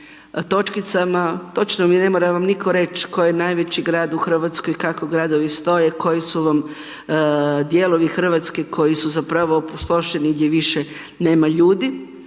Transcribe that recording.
točkicama, točno ne mora vam nitko reći koji je najveći grad u Hrvatskoj, kako gradovi stoje, koji su vam dijelovi Hrvatske koji su zapravo opustošeni gdje više nema ljudi